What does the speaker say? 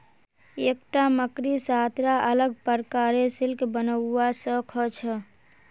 एकता मकड़ी सात रा अलग प्रकारेर सिल्क बनव्वा स ख छ